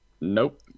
nope